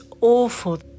awful